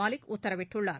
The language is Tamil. மாலிக் உத்தரவிட்டுள்ளார்